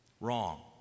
Wrong